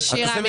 שיותר.